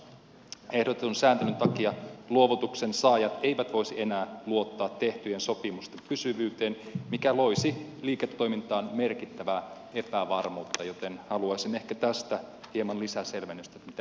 ehdotetun sääntelyn takia luovutuksensaajat eivät voisi enää luottaa tehtyjen sopimusten pysyvyyteen mikä loisi liiketoimintaan merkittävää epävarmuutta joten haluaisin ehkä tästä hieman lisäselvennystä mitä ministeri on tästä mieltä